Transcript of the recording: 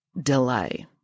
Delay